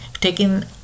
taking